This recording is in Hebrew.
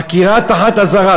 חקירה תחת אזהרה,